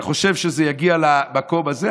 אתה חושב שזה יגיע למקום הזה?